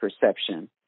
perception